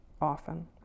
often